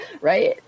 right